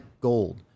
gold